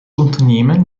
unternehmen